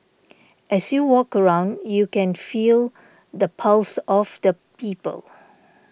as you walk around you can feel the pulse of the people